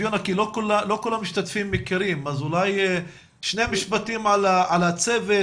לא כל המשתתפים מכירים אז אולי שני משפטים על הצוות,